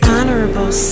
Honorable